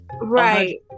right